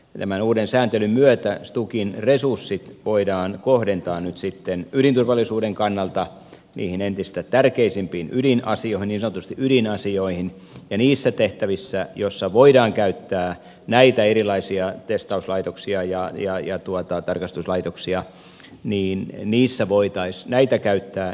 tämän uuden sääntelyn myötä stukin resurssit voidaan kohdentaa nyt sitten ydinturvallisuuden kannalta niihin entistä tärkeämpiin ydinasioihin niin sanotusti ydinasioihin ja niissä tehtävissä joissa voidaan käyttää näitä erilaisia testauslaitoksia ja tarkastuslaitoksia voitaisiin näitä käyttää